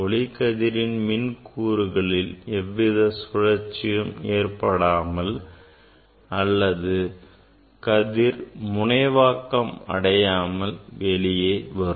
ஒளிக்கதிரின் மின் கூறுகளில் எவ்விதச் சுழற்சியும் ஏற்படாமல் அல்லது கதிர் முனைவாக்கம் அடையாமல் வெளிவரும்